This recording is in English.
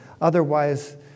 otherwise